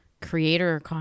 creator